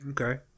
Okay